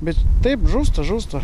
bet taip žūsta žūsta